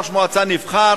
ראש מועצה נבחר,